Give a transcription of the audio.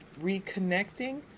reconnecting